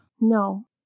No